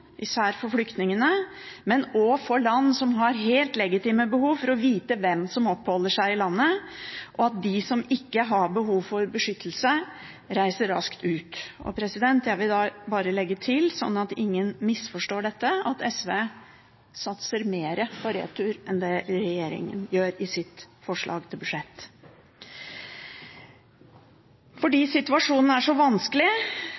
især for flyktningene, men også for land som har helt legitime behov for å vite hvem som oppholder seg i landet, og for at de som ikke har behov for beskyttelse, reiser raskt ut. Jeg vil bare legge til, sånn at ingen misforstår dette, at SV satser mer på retur enn det regjeringen gjør i sitt forslag til budsjett. Fordi situasjonen er så vanskelig